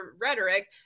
rhetoric